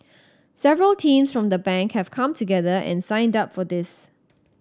several teams from the Bank have come together and signed up for this